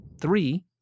Three